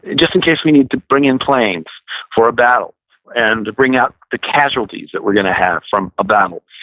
just in case we need to bring in planes for a battle and to bring up the casualties that we're going to have from a battle.